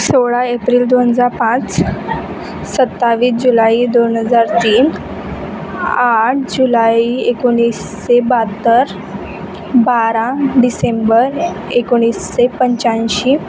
सोळा एप्रिल दोन हजार पाच सत्तावीस जुलाई दोन हजार तीन आठ जुलाई एकोणीसशे बहात्तर बारा डिसेंबर एकोणीसशे पंच्याऐंशी